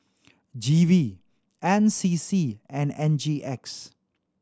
G V N C C and N G X